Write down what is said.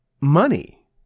money